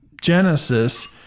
Genesis